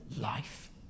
life